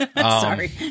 Sorry